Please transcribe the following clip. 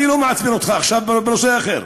אני לא מעצבן אותך עכשיו, בנושא אחר,